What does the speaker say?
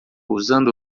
usando